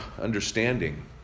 understanding